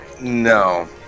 No